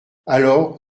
alors